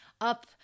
up